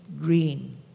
green